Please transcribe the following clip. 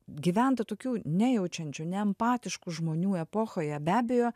gyventa tokių nejaučiančių neempatiškų žmonių epochoje be abejo